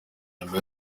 nyuma